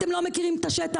אתם לא מכירים את השטח,